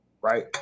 right